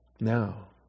Now